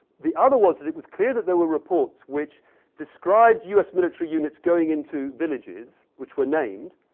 the other was that it was clear that there were reports which described us military units going into villages, which were named,